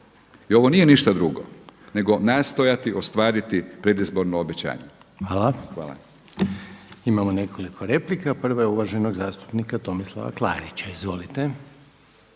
i ovo nije ništa drugo nego nastojati ostvariti predizborno obećanje. Hvala. **Reiner, Željko (HDZ)** Hvala. Imamo nekoliko replika, prva je uvaženog zastupnika Tomislava Klarića. Izvolite.